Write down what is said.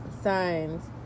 signs